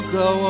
go